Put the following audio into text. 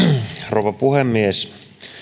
rouva puhemies